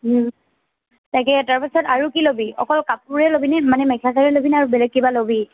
তাকে তাৰপাছত আৰু কি ল'বি অকল কাপোৰে ল'বিনে মানে মেখেলা চাদৰেই ল'বিনে আৰু বেলেগ কিবা ল'বি